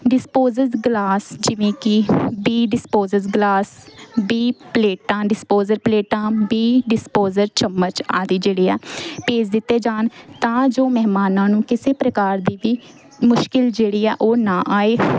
disposal glass ਜਿਵੇਂ ਕਿ ਵੀਹ ਡਿਸਪੋਜਿਸ ਗਲਾਸ ਵੀਹ ਪਲੇਟਾਂ ਡਿਸਪੋਜਿਸ ਪਲੇਟਾਂ ਵੀਹ ਡਿਸਪੋਜ਼ਲ ਚਮਚ ਆਦਿ ਜਿਹੜੇ ਆ ਭੇਜ ਦਿੱਤੇ ਜਾਣ ਤਾਂ ਜੋ ਮਹਿਮਾਨਾਂ ਨੂੰ ਕਿਸੇ ਪ੍ਰਕਾਰ ਦੀ ਵੀ ਮੁਸ਼ਕਿਲ ਜਿਹੜੀ ਆ ਉਹ ਨਾ ਆਵੇ